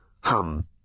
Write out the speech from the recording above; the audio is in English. hum